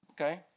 okay